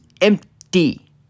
empty